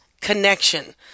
connection